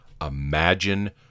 Imagine